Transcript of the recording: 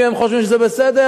אם הם חושבים שזה בסדר,